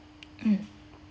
mm